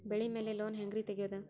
ಬೆಳಿ ಮ್ಯಾಲೆ ಲೋನ್ ಹ್ಯಾಂಗ್ ರಿ ತೆಗಿಯೋದ?